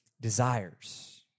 desires